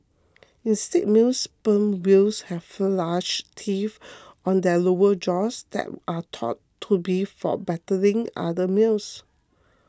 instead male sperm whales have large teeth on their lower jaws that are thought to be for battling other males